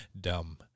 dumb